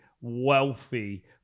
wealthy